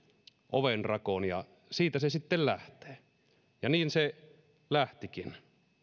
ovenrakoon ja siitä se sitten lähtee ja niin se lähtikin